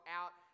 out